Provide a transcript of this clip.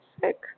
sick